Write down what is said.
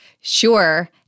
Sure